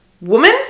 woman